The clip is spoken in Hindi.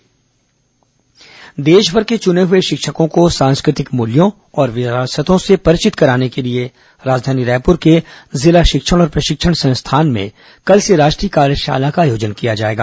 राष्ट्रीय कार्यशाला देशभर के चुने हुए शिक्षकों को सांस्कृतिक मूल्यों और विरासतों से परिचित कराने के लिए राजधानी रायपुर के जिला शिक्षण और प्रशिक्षण संस्थान में कल से राष्ट्रीय कार्यशाला का आयोजन किया जाएगा